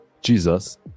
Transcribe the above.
Jesus